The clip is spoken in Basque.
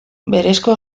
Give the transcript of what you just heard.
berezko